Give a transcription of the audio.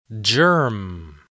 germ